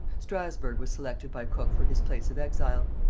strasburgh was selected by cook for his place of exile.